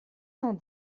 cent